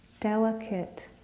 delicate